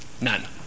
none